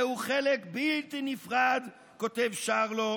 זהו חלק בלתי נפרד" כותב שרלו